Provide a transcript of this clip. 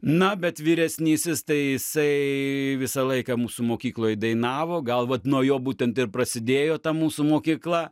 na bet vyresnysis tai jisai visą laiką mūsų mokykloj dainavo gal vat nuo jo būtent ir prasidėjo ta mūsų mokykla